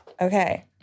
Okay